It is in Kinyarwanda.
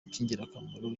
cy’ingirakamaro